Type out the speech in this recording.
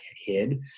hid